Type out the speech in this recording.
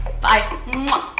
Bye